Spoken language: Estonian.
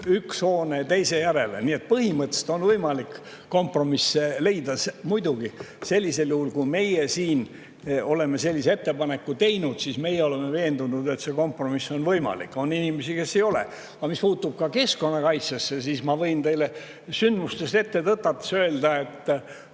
üks hoone teise järel, nii et põhimõtteliselt on võimalik kompromisse leida. Muidugi, sellisel juhul, kui meie siin oleme sellise ettepaneku teinud, siis meie oleme veendunud, et see kompromiss on võimalik. On inimesi, kes ei ole selles veendunud. Aga mis puutub keskkonnakaitsesse, siis ma võin teile sündmustest ette tõtates öelda, et